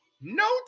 No